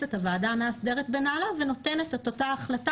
נכנסת הוועדה המאסדרת בנעליו ונותנת את אותה החלטה